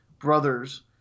brothers